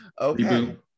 okay